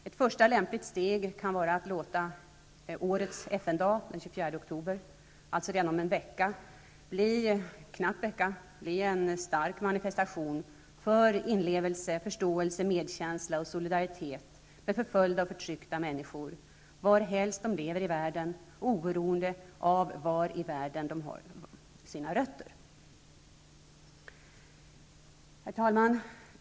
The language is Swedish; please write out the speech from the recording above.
Ett första lämpligt steg kan vara att låta årets FN dag, den 24 oktober, alltså redan om en knapp vecka, bli en stark manifestation för inlevelse, förståelse, medkänsla och solidaritet med förföljda och förtryckta människor varhelst de lever i världen och oberoende av var i världen de har sina rötter. Herr talman!